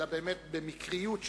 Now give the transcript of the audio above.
אלא במקריות,